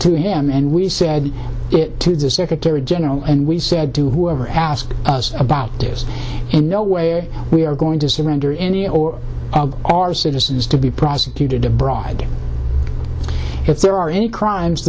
to him and we said it to the secretary general and we said to whoever asked about there's no way we are going to surrender any or our citizens to be prosecuted abroad if there are any crimes